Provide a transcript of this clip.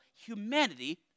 humanity